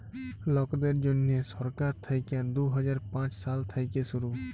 লকদের জ্যনহে সরকার থ্যাইকে দু হাজার পাঁচ সাল থ্যাইকে শুরু